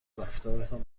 رفتارتان